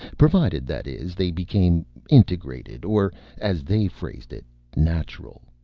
provided, that is, they became integrated, or as they phrased it natural.